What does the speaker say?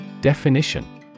Definition